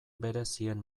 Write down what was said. berezien